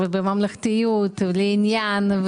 דיברת בממלכתיות ולעניין.